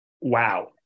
wow